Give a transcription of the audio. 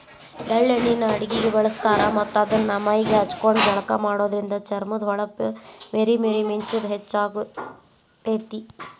ಎಳ್ಳ ಎಣ್ಣಿನ ಅಡಗಿಗೆ ಬಳಸ್ತಾರ ಮತ್ತ್ ಇದನ್ನ ಮೈಗೆ ಹಚ್ಕೊಂಡು ಜಳಕ ಮಾಡೋದ್ರಿಂದ ಚರ್ಮದ ಹೊಳಪ ಮೇರಿ ಮೇರಿ ಮಿಂಚುದ ಹೆಚ್ಚಾಗ್ತೇತಿ